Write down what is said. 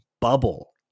bubble